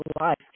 life